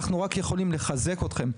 אנחנו רק יכולים לחזק אתכם,